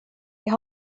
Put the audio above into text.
jag